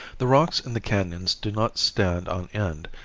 the rocks in the canons do not stand on end,